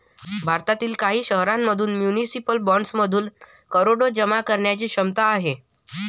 भारतातील काही शहरांमध्ये म्युनिसिपल बॉण्ड्समधून करोडो जमा करण्याची क्षमता आहे